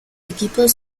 equipos